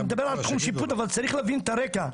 אני מדבר על תחום שיפוט, אבל צריך להבין את הרקע.